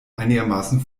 einigermaßen